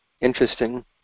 interesting